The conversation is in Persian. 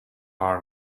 کار